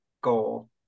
goal